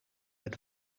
met